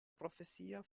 profesia